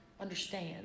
understand